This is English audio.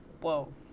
Whoa